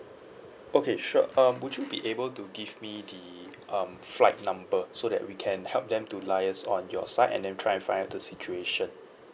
okay sure um would you be able to give me the um flight number so that we can help them to liaise on your side and then try and find out the situation